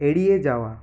এড়িয়ে যাওয়া